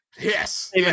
Yes